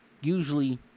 usually